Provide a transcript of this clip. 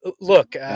look